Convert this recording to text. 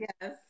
yes